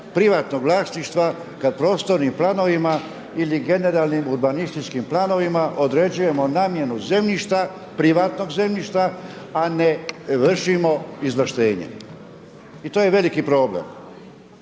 privatnog vlasništva kad prostornim planovima ili generalnim urbanističkim planovima određujemo namjenu zemljišta, privatnog zemljišta, a ne vršimo izvlaštenje. I to je veliki problem.